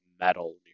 metal